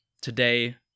today